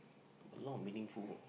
a lot of meaningful